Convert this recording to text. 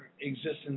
existence